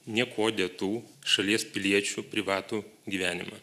niekuo dėtų šalies piliečių privatų gyvenimą